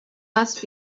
must